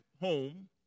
home